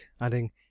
adding